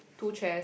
two chairs